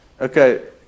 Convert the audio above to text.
Okay